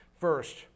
First